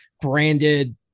branded